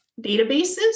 databases